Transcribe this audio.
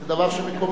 זה דבר שמקומם.